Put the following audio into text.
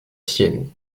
sienne